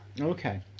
okay